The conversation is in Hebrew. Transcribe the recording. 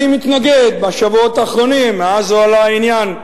אני מתנגד בשבועות האחרונים, מאז הועלה העניין,